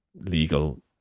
legal